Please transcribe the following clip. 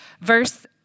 Verse